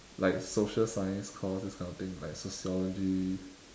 like social science course this kind of thing like sociology